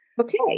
Okay